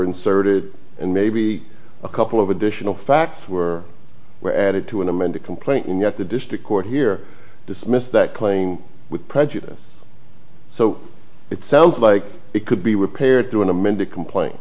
inserted and maybe a couple of additional facts were were added to an amended complaint and yet the district court here dismissed that claim with prejudice so it sounds like it could be repaired through an amended complain